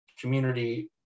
community